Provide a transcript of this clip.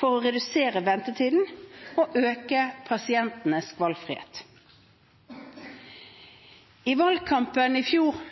for å redusere ventetiden og øke pasientenes valgfrihet. I valgkampen i fjor